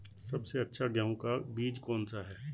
सबसे अच्छा गेहूँ का बीज कौन सा है?